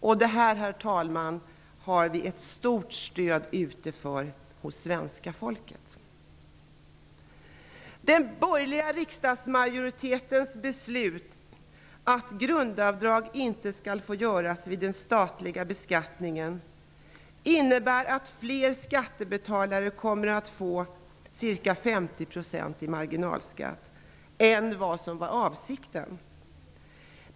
För detta, herr talman, har vi ett stort stöd bland svenska folket. Den borgerliga riksdagsmajoritetens beslut att grundavdrag inte skall få göras vid den statliga beskattningen innebär att fler skattebetalare än som var avsikten kommer att få ca 50 % i marginalskatt.